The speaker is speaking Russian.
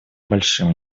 большим